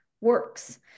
works